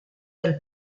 del